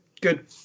good